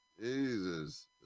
Jesus